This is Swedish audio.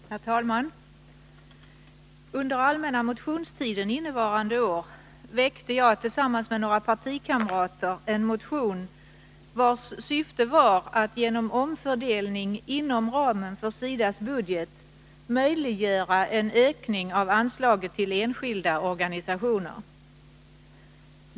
Herr talman! Under allmänna motionstiden innevarande år väckte jag tillsammans med några partikamrater en motion vars syfte var att genom omfördelning inom ramen för SIDA:s budget möjliggöra en ökning av anslaget till enskilda organisationer.